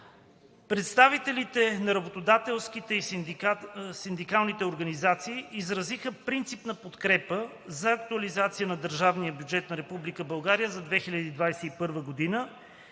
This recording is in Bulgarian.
Представителите на работодателските и синдикалните организации изразиха принципна подкрепа за актуализацията на държавния